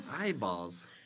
eyeballs